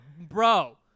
Bro